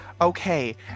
Okay